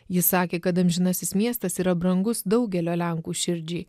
jis sakė kad amžinasis miestas yra brangus daugelio lenkų širdžiai